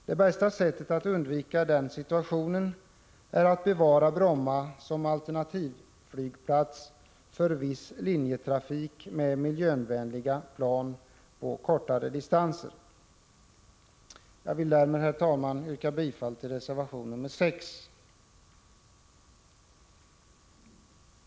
Det bästa sättet att undvika den situationen är att bevara Bromma som alternativflygplats för viss linjetrafik med miljövänliga plan på kortare distanser. Jag vill därmed, herr talman, yrka bifall till reservation nr 6.